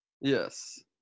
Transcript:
Yes